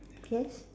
yes